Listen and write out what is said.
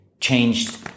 changed